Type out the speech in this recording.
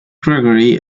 gregory